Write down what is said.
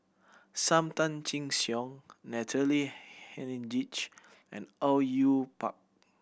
Sam Tan Chin Siong Natalie Hennedige and Au Yue Pak